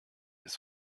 ist